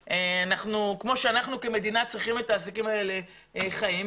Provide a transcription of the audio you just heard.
שכמו שאנחנו כמדינה צריכים את העסקים האלה חיים,